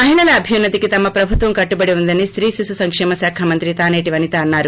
మహిళల అభ్యున్న తికి తమ ప్రభుత్వం కట్టుబడి ఉందని స్తీ శిశు సంకేమ శాఖ మంత్రి తానేటి వనిత అన్నారు